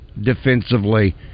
defensively